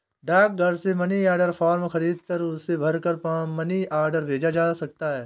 डाकघर से money order form खरीदकर उसे भरकर मनी ऑर्डर भेजा जा सकता है